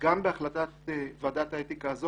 גם בהחלטת ועדת האתיקה הזו,